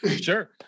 sure